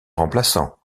remplaçant